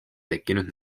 tekkinud